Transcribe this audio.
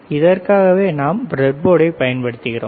இதற்காகவே நாம் பிரெட் போர்டைப் பயன்படுத்துகிறோம்